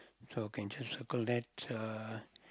so can just circle that uh